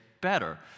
better